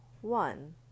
one